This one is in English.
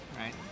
right